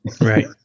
Right